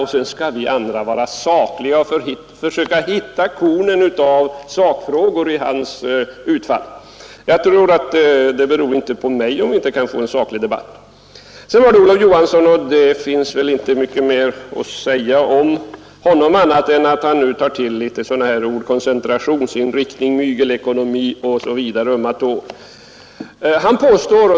Sedan begär han att vi andra skall vara sakliga och försöka finna kornen av sakfrågor i hans utfall. Det beror inte på mig om vi inte kan få en saklig debatt. Herr Olof Johansson i Stockholm tar till ord som koncentrationsinriktning, mygelekonomi och ömma tår.